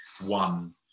one